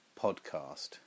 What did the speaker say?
podcast